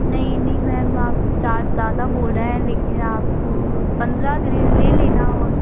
नहीं नहीं मैम आप चार्ज ज़्यादा बोल रहें हैं लेकिन आप पंद्रह ले लेना और